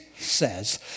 says